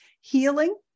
healing